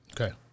Okay